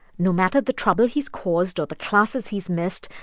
no matter the trouble he's caused or the classes he's missed,